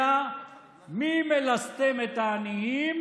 אלא מי מלסטם את העניים?